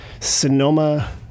Sonoma